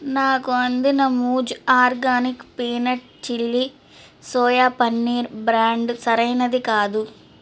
నాకు అందిన మూజ్ organic peanut chilli soya paneer brand సరైనది కాదు